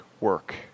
work